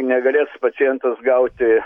negalės pacientas gauti